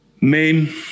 Main